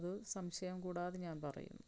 അതു സംശയം കൂടാതെ ഞാൻ പറയുന്നു